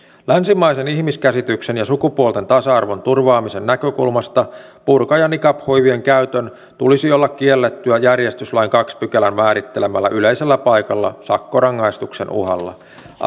länsimaisen ihmiskäsityksen ja sukupuolten tasa arvon turvaamisen näkökulmasta burka ja niqab huivien käytön tulisi olla kiellettyä järjestyslain toisen pykälän määrittelemällä yleisellä paikalla sakkorangaistuksen uhalla